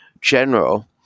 general